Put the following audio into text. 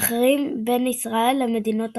אחרים בין ישראל למדינות ערביות.